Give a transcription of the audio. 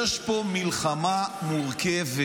יש פה מלחמה מורכבת.